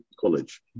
College